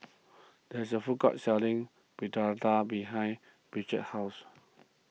there is a food court selling Fritada behind Bridgett's house